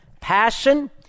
passion